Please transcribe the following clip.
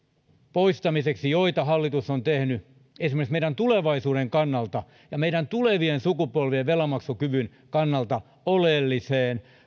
poistamiseksi joita hallitus on tehnyt esimerkiksi meidän tulevaisuuden kannalta ja meidän tulevien sukupolvien velanmaksukyvyn kannalta oleelliseen